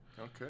Okay